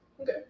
Okay